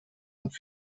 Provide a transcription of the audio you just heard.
und